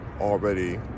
already